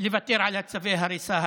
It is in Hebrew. לוותר על צווי ההריסה האלה.